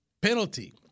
Penalty